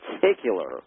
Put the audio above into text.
particular